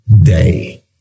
day